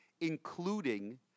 including